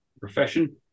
Profession